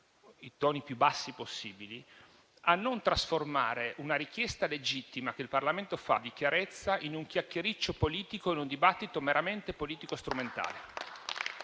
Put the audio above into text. i toni più bassi possibili - a non trasformare una richiesta legittima di chiarezza del Parlamento in un chiacchiericcio politico e in un dibattito meramente politico strumentale